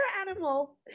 animal